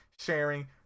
sharing